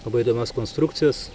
labai įdomios konstrukcijos